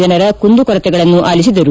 ಜನರ ಕುಂದುಕೊರತೆಗಳನ್ನು ಆಲಿಸಿದರು